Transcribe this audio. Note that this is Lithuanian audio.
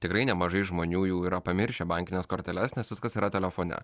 tikrai nemažai žmonių jau yra pamiršę bankines korteles nes viskas yra telefone